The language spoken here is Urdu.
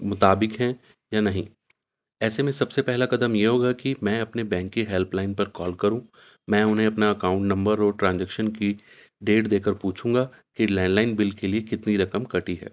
مطابق ہیں یا نہیں ایسے میں سب سے پہلا قدم یہ ہوگا کہ میں اپنے بینک کی ہیلپ لائن پر کال کروں میں انہیں اپنا اکاؤنٹ نمبر اور ٹرانزیکشن کی ڈیٹ دے کر پوچھوں گا کہ لینڈ لائن بل کے لیے کتنی رقم کٹی ہے